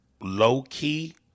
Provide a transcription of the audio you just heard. Low-key